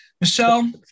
Michelle